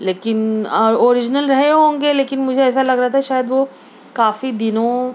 لیکن اوریجنل رہے ہوں گے لیکن مجھے ایسا لگ رہا تھا شاید وہ کافی دنوں